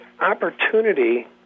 opportunity